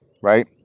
right